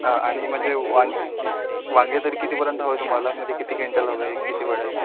आणि म्हणजे वांगे वांगे तरी कितीपर्यंत हवे तुम्हाला म्हणजे किती क्विंटल हवे किती वाले